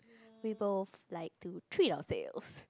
we both like to treat ourselves